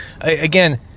again